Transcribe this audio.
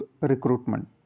recruitment